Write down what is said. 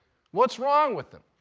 what's wrong with it?